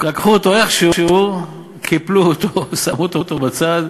לקחו אותו איך שהוא, קיפלו אותו, שמו אותו בצד,